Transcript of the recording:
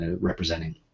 representing